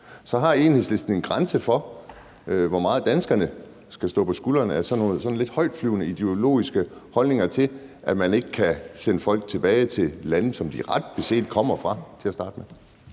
Så har Enhedslisten en grænse for, hvor meget danskerne skal stå på skuldrene af sådan nogle lidt højtflyvende ideologiske holdninger til, at man ikke kan sende folk tilbage til lande, som de ret beset kommer fra til at starte med?